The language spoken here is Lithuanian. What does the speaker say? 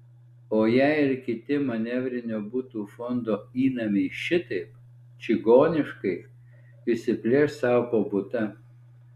o jei ir kiti manevrinio butų fondo įnamiai šitaip čigoniškai išsiplėš sau po butą